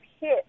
hit